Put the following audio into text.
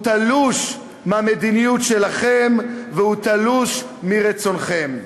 הוא תלוש מהמדיניות שלכם והוא תלוש מרצונכם.